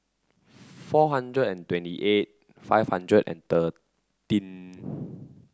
four hundred and twenty eight five hundred and thirteen